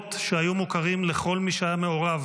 שמות שהיו מוכרים לכל מי שהיה מעורב